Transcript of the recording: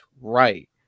right